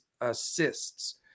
assists